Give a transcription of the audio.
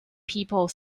people